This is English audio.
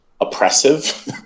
oppressive